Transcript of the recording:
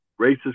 racist